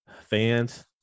Fans